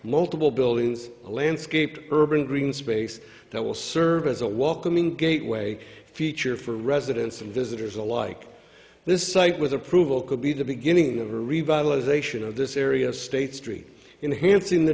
multiple buildings a landscape urban green space that will serve as a walk among gateway feature for residents and visitors alike this site with approval could be the beginning of a revitalization of this area state street inhance in the